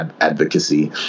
advocacy